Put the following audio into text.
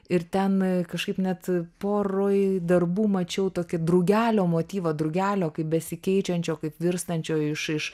ir ten kažkaip net poroj darbų mačiau tokį drugelio motyvą drugelio kaip besikeičiančio kaip virstančio iš iš